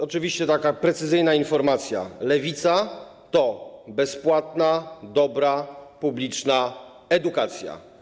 Oczywiście taka precyzyjna informacja: Lewica to bezpłatna, dobra, publiczna edukacja.